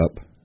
up